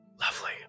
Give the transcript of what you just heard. Lovely